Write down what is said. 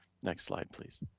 next slide, please.